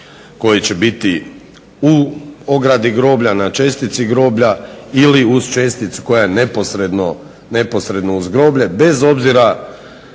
koji će biti u ogradi groblja, na čestici groblja ili uz česticu koja je neposredno uz groblje bez obzira